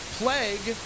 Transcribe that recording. plague